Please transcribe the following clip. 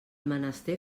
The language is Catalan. menester